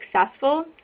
successful